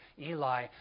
Eli